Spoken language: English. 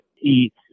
eat